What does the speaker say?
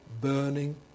Burning